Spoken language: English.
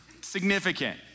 significant